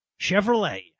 Chevrolet